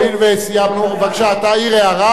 מותר לי הערה?